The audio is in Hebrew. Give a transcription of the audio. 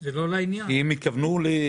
זה לא לעניין, כי הם התכוונו להאריך.